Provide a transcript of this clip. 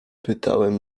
pytałem